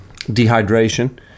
dehydration